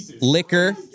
liquor